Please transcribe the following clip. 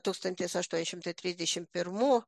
tūkstantis aštuoni šimtai trisdešimt pirmų